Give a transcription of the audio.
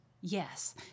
Yes